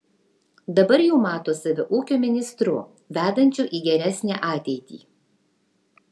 dabar jau mato save ūkio ministru vedančiu į geresnę ateitį